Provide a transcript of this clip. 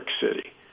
City